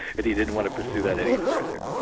and he didn't want to pursue that any further.